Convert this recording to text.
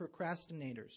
procrastinators